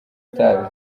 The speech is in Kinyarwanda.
itabi